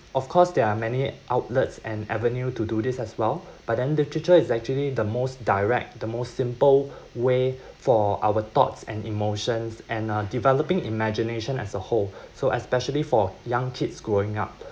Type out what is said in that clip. of course there are many outlets and avenue to do this as well but then literature is actually the most direct the most simple way for our thoughts and emotions and uh developing imagination as a whole so especially for young kids growing up